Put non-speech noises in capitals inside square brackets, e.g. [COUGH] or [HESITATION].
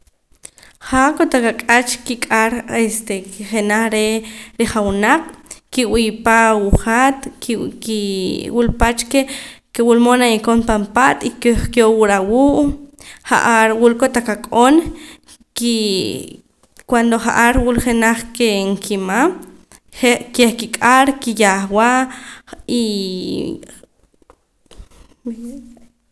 Jaa kotaq ak'ach kik'ar este ke jenaj re' rijawunaq ki'wii pa awuu' hat ki ki wul pach ke wulmood naye'eem koon pan paat y kej ki'owura awuu' ja'ar wula kotaq ak'on ki cuado ja'ar wula jenaj ke nkima je' keh kik'ar ki'yaajwa y [HESITATION]